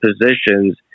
positions